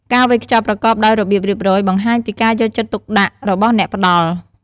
ការវេចខ្ចប់ប្រកបដោយរបៀបរៀបរយ បង្ហាញពីការយកចិត្តទុកដាក់របស់អ្នកផ្តល់។